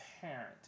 parent